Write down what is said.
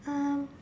um